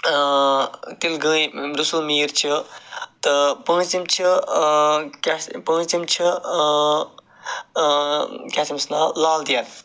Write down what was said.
تِلگٲمۍ رُسُل میٖر چھِ تہٕ پٲنٛژِم چھِ کیٛاہ چھِ پٲنٛژِم چھِ کیٛاہ چھِ تٔمِس ناو لل دٮ۪د